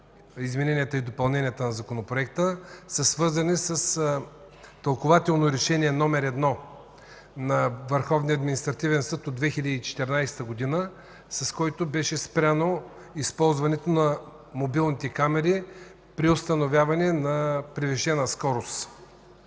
измененията и допълненията на Законопроекта, е свързана с тълкувателно Решение № 1 на Върховния административен съд от 2014 г., с което беше спряно използването на мобилните камери при установяване на превишена скорост.